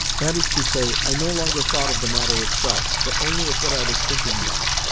that is to say, i no longer thought of the matter itself, but only of what i was thinking about it.